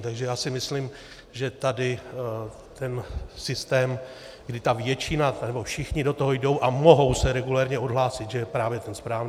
Takže si myslím, že tady ten systém, kdy většina, nebo všichni do toho jdou a mohou se regulérně odhlásit, je právě ten správný.